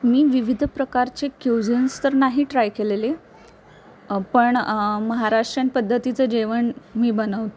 मी विविध प्रकारचे क्यूजियन्स तर नाही ट्राय केलेले पण महाराष्ट्रीयन पद्धतीचं जेवण मी बनवते